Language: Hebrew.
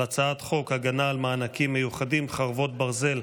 על הצעת חוק ההגנה על מענקים מיוחדים (חרבות ברזל),